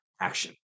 action